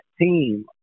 team